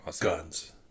guns